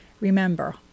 Remember